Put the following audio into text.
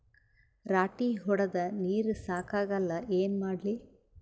ರಾಟಿ ಹೊಡದ ನೀರ ಸಾಕಾಗಲ್ಲ ಏನ ಮಾಡ್ಲಿ?